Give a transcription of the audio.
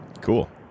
Cool